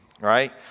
Right